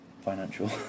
...financial